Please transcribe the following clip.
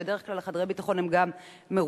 ובדרך כלל חדרי הביטחון גם מרושתים,